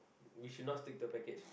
we should not stick the package